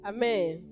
Amen